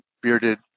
bearded